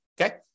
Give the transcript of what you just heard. Okay